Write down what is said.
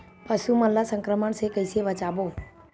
पशु मन ला संक्रमण से कइसे बचाबो?